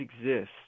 exist